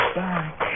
back